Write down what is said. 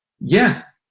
Yes